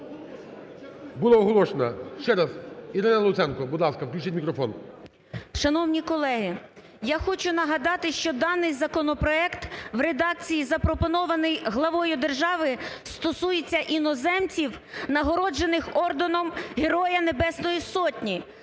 Була оголошена. Ще раз, Ірина Луценко, включіть мікрофон. 10:25:44 ЛУЦЕНКО І.С. Шановні колеги! Я хочу нагадати, що даний законопроект, в редакції запропонованій Главою держави, стосується іноземців, нагороджених орденом Героя Небесної Сотні,